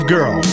Girl